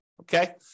okay